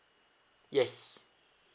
yes